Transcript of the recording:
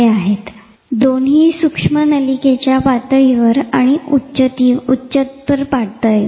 जर तुम्ही मोजायला सुरुवात केली तरीही 14 15 20टक्के मेंदूचा वापर केला जातो तरीही तो अब्जावधी माहिती साठवू शकतो पण सैद्धांतिक दृष्ट्या